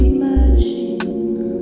Imagine